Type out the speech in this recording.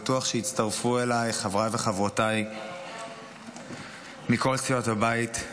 ואני בטוח שיצטרפו אליי חבריי וחברותיי מכל סיעות הבית.